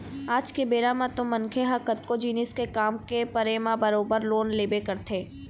आज के बेरा म तो मनखे ह कतको जिनिस के काम के परे म बरोबर लोन लेबे करथे